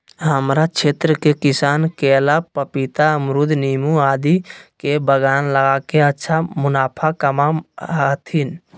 हमरा क्षेत्र के किसान केला, पपीता, अमरूद नींबू आदि के बागान लगा के अच्छा मुनाफा कमा हथीन